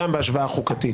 גם בהשוואה חוקתית,